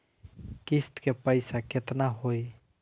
किस्त के पईसा केतना होई?